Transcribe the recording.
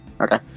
Okay